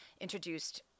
introduced